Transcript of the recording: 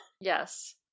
Yes